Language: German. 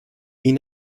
ihn